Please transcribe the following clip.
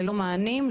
ללא מענים,